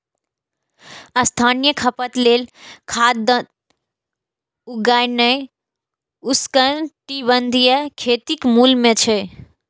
स्थानीय खपत लेल खाद्यान्न उगेनाय उष्णकटिबंधीय खेतीक मूल मे छै